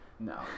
No